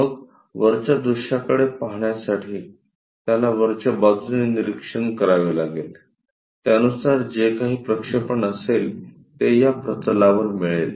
मग वरच्या दृश्याकडे पहाण्यासाठी त्याला वरच्या बाजूने निरीक्षण करावे लागेल त्यानुसार जे काही प्रक्षेपण असेल ते या प्रतलावर मिळेल